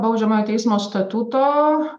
baudžiamojo teismo statuto